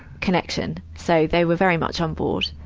connection. so, they were very much on board.